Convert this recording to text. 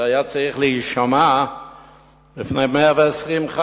אנחנו עוברים להצעה לסדר-היום הבאה, מס' 2036,